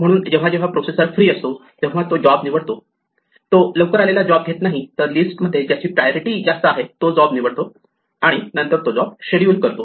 म्हणून जेव्हा जेव्हा प्रोसेसर फ्री असतो तेव्हा तो जॉब निवडतो तो लवकर आलेला जॉब घेत नाही तर लिस्टमध्ये ज्याची प्रायोरिटी जास्त आहे तो जॉब निवडतो आणि नंतर तो जॉब शेड्युल करतो